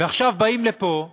ועכשיו באים לפה ואומרים: